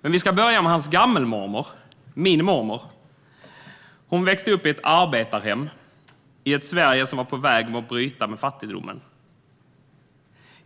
Men låt oss börja med hans gammelmormor, min mormor. Hon växte upp i ett arbetarhem i ett Sverige som var på väg att bryta med fattigdomen.